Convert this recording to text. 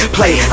Play